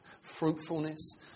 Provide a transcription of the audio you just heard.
fruitfulness